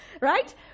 Right